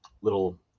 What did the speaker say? little